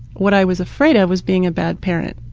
what i was afraid of was being a bad parent.